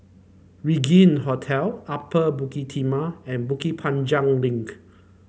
Regin Hotel Upper Bukit Timah and Bukit Panjang Link